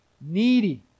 needy